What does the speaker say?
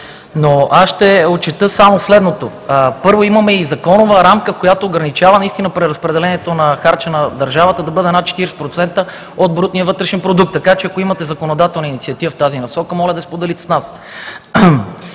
Ще отчета само следното. Първо, имаме и законова рамка, която ограничава наистина преразпределението на харча на държавата, да бъде над 40% от брутния вътрешен продукт, така че ако имате законодателна инициатива в тази насока, моля да я споделите с нас.